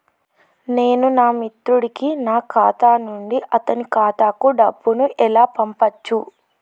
నేను నా మిత్రుడి కి నా ఖాతా నుండి అతని ఖాతా కు డబ్బు ను ఎలా పంపచ్చు?